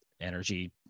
energy